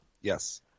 Yes